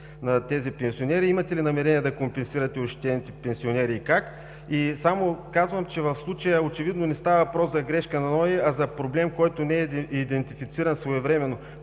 на тези пенсионери? Имате ли намерение да компенсирате ощетените пенсионери и как? И само казвам, че в случая очевидно не става въпрос за грешка на НОИ, а за проблем, който не е идентифициран своевременно.